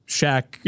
Shaq